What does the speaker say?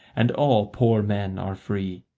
and all poor men are free.